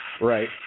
right